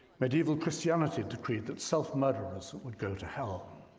medieval christianity decreed that self murderers would go to hell.